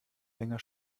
länger